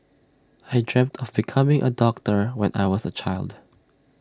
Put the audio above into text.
I dreamt of becoming A doctor when I was A child